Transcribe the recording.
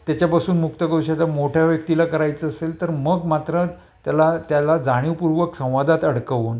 त्याच्यापासून मुक्त करु शकता मोठ्या व्यक्तीला करायचं असेल तर मग मात्र त्याला त्याला जाणीवपूर्वक संवादात अडकवून